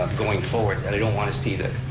um going forward, and i don't want to see the,